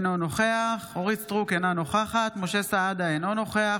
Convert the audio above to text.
אינו נוכח אורית מלכה סטרוק,